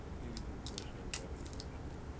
maybe to the commissioner, deputy commissioner.